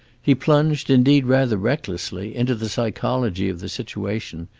he plunged, indeed, rather recklessly into the psychology of the situation,